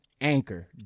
Anchor